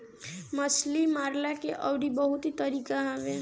मछरी मारला के अउरी बहुते तरीका हवे